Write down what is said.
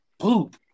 poop